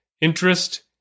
interest